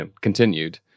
continued